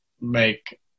make